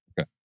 Okay